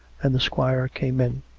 and the squire came in.